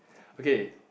okay